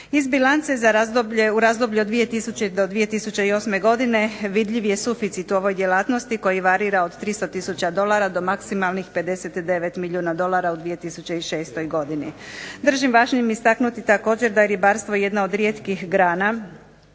Iz bilance u razdoblju od 2000. do 2008. godine vidljiv je suficit u ovoj djelatnosti koji varira od 300 tisuća dolara do maksimalnih 59 milijuna dolara u 2006. godini. Držim važnim istaknuti također da je ribarstvo jedna od rijetkih grana